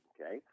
Okay